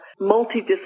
multidisciplinary